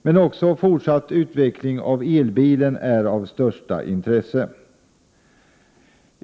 Men också en fortsatt utveckling av elbilen är av största intresse.